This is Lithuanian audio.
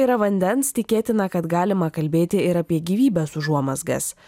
yra vandens tikėtina kad galima kalbėti ir apie gyvybės užuomazgas